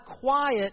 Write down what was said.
quiet